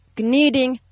kneading